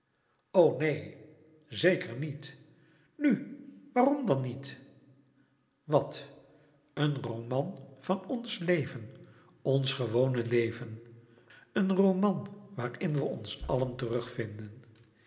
neen zeker niet nu waarom dan niet wat een roman van ons leven ons gewone leven een roman waarin we ons allen terugvinden